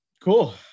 Cool